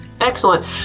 Excellent